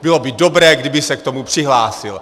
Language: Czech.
Bylo by dobré, kdyby se k tomu přihlásil.